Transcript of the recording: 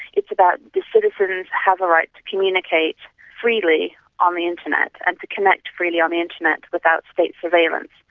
it's about the citizens have a right to communicate freely on the internet, and to connect freely on the internet without state surveillance.